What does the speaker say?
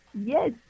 Yes